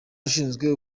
ushinzwe